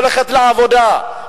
הולכת לעבודה,